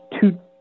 two